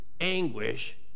anguish